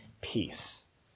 peace